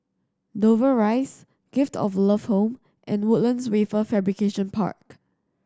Dover Rise Gift of Love Home and Woodlands Wafer Fabrication Park